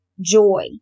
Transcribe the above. joy